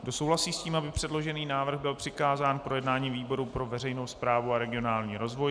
Kdo souhlasí s tím, aby předložený návrh byl přikázán k projednání výboru pro veřejnou správu a regionální rozvoj?